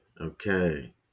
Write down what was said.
okay